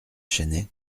chennai